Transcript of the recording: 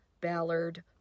Ballard